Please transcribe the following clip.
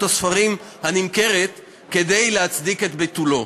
הספרים הנמכרת כדי להצדיק את ביטולו,